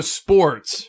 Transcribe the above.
sports